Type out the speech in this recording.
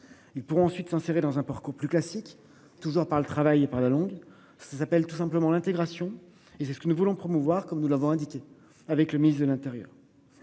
Ils pourront ensuite s'insérer dans un parcours plus classique, toujours par le travail par la longue, ça s'appelle tout simplement l'intégration et c'est ce que nous voulons promouvoir, comme nous l'avons indiqué avec le ministre de l'Intérieur.